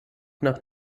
nach